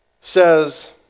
says